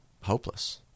hopeless